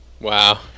Wow